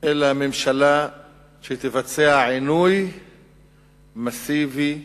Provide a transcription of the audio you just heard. אלא ממשלה שתבצע עינוי מסיבי לעניים.